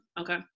Okay